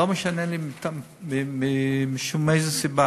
לא משנה מאיזה סיבה